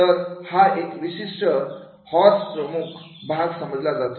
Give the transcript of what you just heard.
तर हा एका विशिष्ट हॉर्स प्रमुख भाग समजला जातो